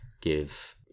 give